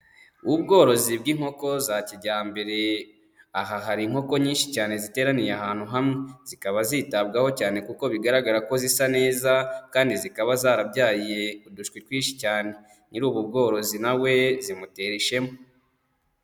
Ubworozi bw'inkoko za kijyambere, aha hari inkoko nyinshi cyane ziteraniye ahantu hamwe, zikaba zitabwaho cyane kuko bigaragara ko zisa neza kandi zikaba zarabyaye udushwi twinshi cyane, nyiri ubu bworozi na we zimutera ishema.